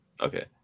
Okay